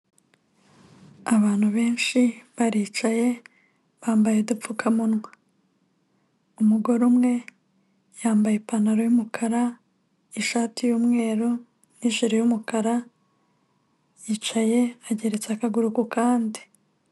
Abantu benshi baricaye bambaye udupfukamunwa, umugore umwe yambaye ipantaro y'umukara, ishati y'umweru n'ijire y'umukara, yicaye ageretse akaguru ku kandi.